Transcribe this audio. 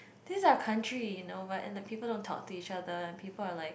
this are country you know but and the people don't talk to each other people are like